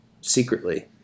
secretly